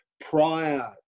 prior